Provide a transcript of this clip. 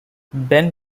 ben